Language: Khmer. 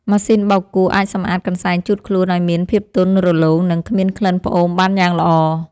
ម៉ាស៊ីនបោកគក់អាចសម្អាតកន្សែងជូតខ្លួនឱ្យមានភាពទន់រលោង និងគ្មានក្លិនផ្អូមបានយ៉ាងល្អ។